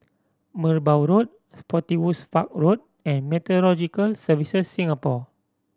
Merbau Road Spottiswoode Park Road and Meteorological Services Singapore